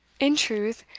in truth,